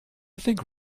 think